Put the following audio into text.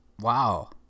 Wow